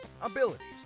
abilities